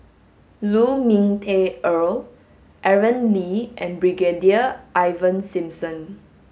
Lu Ming Teh Earl Aaron Lee and Brigadier Ivan Simson